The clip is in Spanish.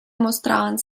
mostraban